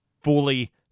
fully